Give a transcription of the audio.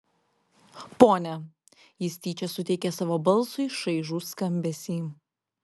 ponia jis tyčia suteikė savo balsui šaižų skambesį